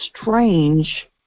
strange